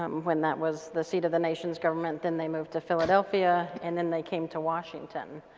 um when that was the seat of the nations government then they moved to philedelphia and then they came to washington.